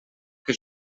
que